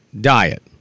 diet